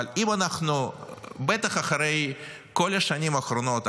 אבל בטח אחרי כל השנים האחרונות,